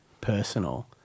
personal